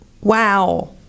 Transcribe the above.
wow